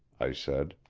i said.